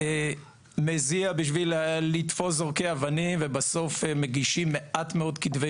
כניסה ויציאה לצירים המשותפים ומהצירים